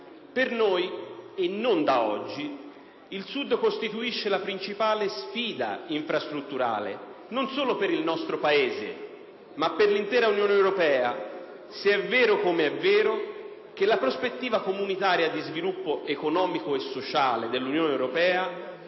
Per noi e non da oggi il Sud costituisce la principale sfida infrastrutturale, non solo per il nostro Paese, ma per l'intera Unione europea se è vero, com'è vero, che la prospettiva comunitaria di sviluppo economico e sociale dell'Unione europea